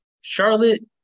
Charlotte